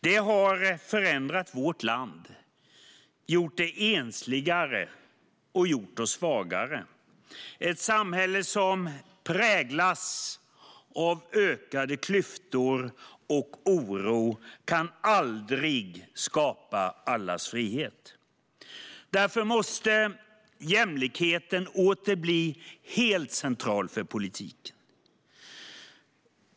Detta har förändrat vårt land, gjort det ensligare och gjort oss svagare. Ett samhälle som präglas av ökade klyftor och oro kan aldrig skapa allas frihet. Därför måste jämlikheten åter bli helt central för politiken.